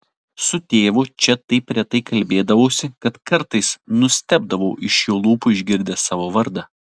su tėvu čia taip retai kalbėdavausi kad kartais nustebdavau iš jo lūpų išgirdęs savo vardą